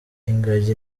ingagi